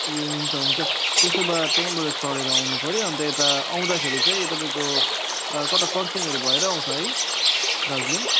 ए हुन्छ हुन्छ त्यसो भए त्यहीँबाट चढेर आउनुपऱ्यो अन्त यता आउँदाखेरि चाहिँ तपाईँको कता खरसाङहरू भएरै आउँछ है दार्जिलिङ